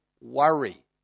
worry